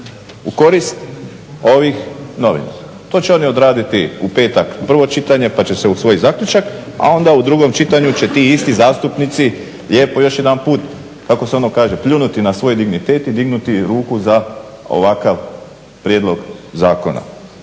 u korist ovih novinara. To će oni odraditi u petak prvo čitanje pa će se usvojiti zaključak, a onda u drugom čitanju će ti isti zastupnici lijepo još jedanput kako se ono kaže pljunuti na svoj dignitet i dignuti ruku za ovakav prijedlog zakona